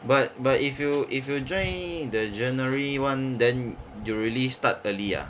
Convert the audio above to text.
but but if you if you join the january [one] then you will really start early ah